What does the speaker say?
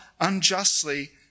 unjustly